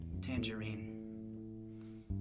Tangerine